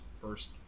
First